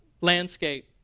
Landscape